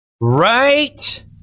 Right